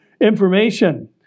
information